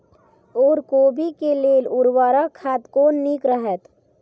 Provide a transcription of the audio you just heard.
ओर कोबी के लेल उर्वरक खाद कोन नीक रहैत?